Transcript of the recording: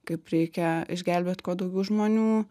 kaip reikia išgelbėt kuo daugiau žmonių